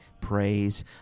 praise